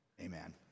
Amen